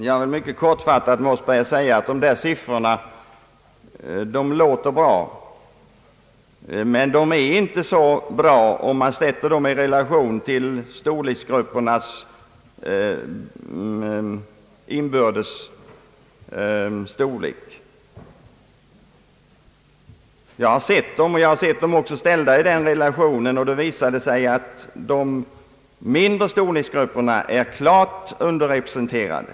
Herr talman! I all korthet vill jag säga att herr Mossbergers siffror låter bra, men om de sätts i relation till de olika gruppernas inbördes storleksförhållande blir de mindre bra. Jag har granskat de här siffrorna från den aspekten och funnit att de mindre storleksgrupperna är klart underrepresenterade.